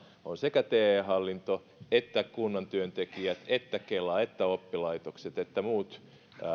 ovat sekä te hallinto että kunnan työntekijät että kela että oppilaitokset että muut